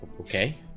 okay